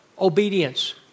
obedience